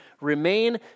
remain